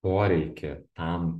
poreikį tam